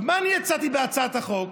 מה אני הצעתי בהצעת החוק?